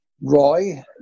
Roy